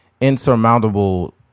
insurmountable